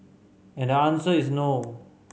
and the answer is no